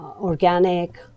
organic